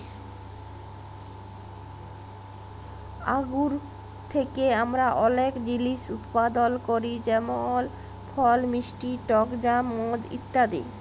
আঙ্গুর থ্যাকে আমরা অলেক জিলিস উৎপাদল ক্যরি যেমল ফল, মিষ্টি টক জ্যাম, মদ ইত্যাদি